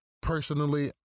personally